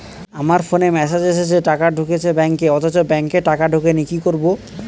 আমার ফোনে মেসেজ এসেছে টাকা ঢুকেছে ব্যাঙ্কে অথচ ব্যাংকে টাকা ঢোকেনি কি করবো?